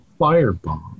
firebomb